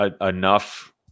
enough